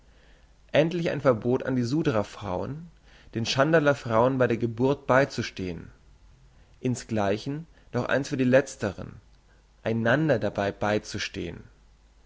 endlich ein verbot an die sudra frauen den tschandala frauen bei der geburt beizustehen insgleichen noch eins für die letzteren einander dabei beizustehen